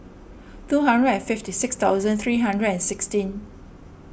two hundred and fifty six thousand three hundred and sixteen